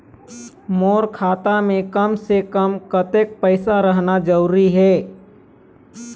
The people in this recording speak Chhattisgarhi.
मोर खाता मे कम से से कम कतेक पैसा रहना जरूरी हे?